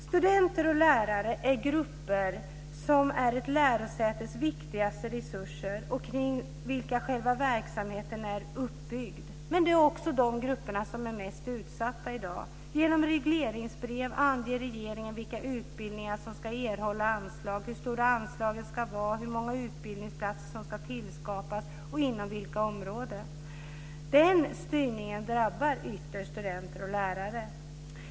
Studenter och lärare är grupper som är ett lärosätes viktigaste resurser och kring vilka själva verksamheten är uppbyggd. Men det är också de grupper som är mest utsatta i dag. Genom regleringsbrev anger regeringen vilka utbildningar som ska erhålla anslag, hur stora anslagen ska vara och hur många utbildningsplatser som ska tillskapas och inom vilka områden. Den styrningen drabbar ytterst studenter och lärare.